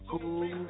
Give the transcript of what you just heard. cool